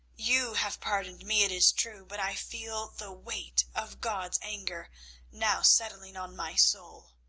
you have pardoned me, it is true, but i feel the weight of god's anger now settling on my soul.